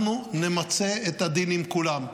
אנחנו נמצה את הדין עם כולם,